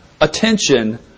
attention